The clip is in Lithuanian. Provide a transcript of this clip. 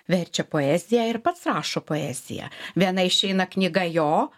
verčia poeziją ir pats rašo poeziją viena išeina knyga jo